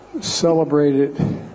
celebrated